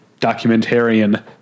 documentarian